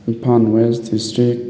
Imphal west district